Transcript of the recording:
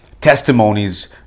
testimonies